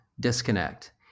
disconnect